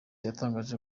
yatangaje